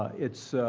it's